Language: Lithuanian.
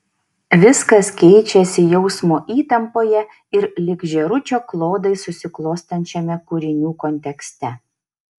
viskas keičiasi jausmo įtampoje ir lyg žėručio klodai susiklostančiame kūrinių kontekste